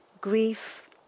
grief